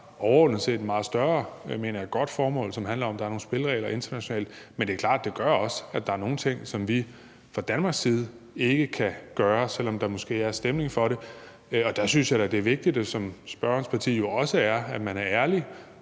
overordnet set, mener jeg, et godt formål, som handler om, at der er nogle spilleregler internationalt. Men det er klart, at det også gør, at der er nogle ting, som vi fra Danmarks side ikke kan gøre, selv om der måske er stemning for det. Der synes jeg da, det er vigtigt, at man er ærlig